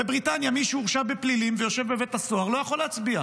בבריטניה מי שהורשע בפלילים ויושב בבית הסוהר לא יכול להצביע,